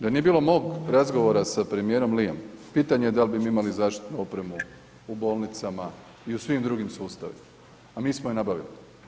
Da nije bilo mog razgovora sa premijerom Liem pitanje da li bi mi imali zaštitnu opremu u bolnicama i u svim drugim sustavima, a mi smo je nabavili.